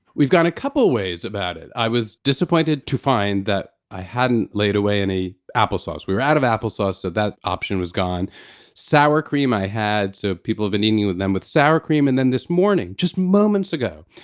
we've gone a couple of ways about it. i was disappointed to find that i hadn't laid away any applesauce. we were out of applesauce, so that option was gone sour cream i had, so people have been eating with them with sour cream. and then this morning, just moments ago,